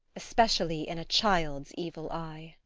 especially in a child's evil eye.